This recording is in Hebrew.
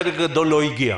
חלק גדול לא הגיע.